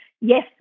yes